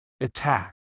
attack